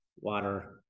water